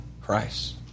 Christ